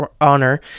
honor